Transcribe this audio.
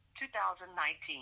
2019